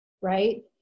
right